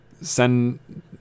send